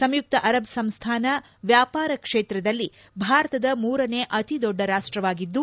ಸಂಯುಕ್ತ ಅರಬ್ ಸಂಸ್ವಾನ ವ್ಯಾಪಾರ ಕ್ಷೇತ್ರದಲ್ಲಿ ಭಾರತದ ಮೂರನೆ ಅತಿದೊಡ್ಡ ರಾಷ್ಟವಾಗಿದ್ದು